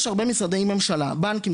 יש הרבה משרדי ממשלה, בנקים.